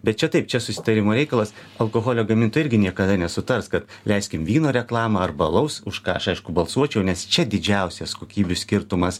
bet čia taip čia susitarimo reikalas alkoholio gamintojai irgi niekada nesutars kad leiskim vyno reklamą arba alaus už ką aš aišku balsuočiau nes čia didžiausias kokybių skirtumas